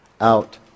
out